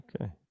Okay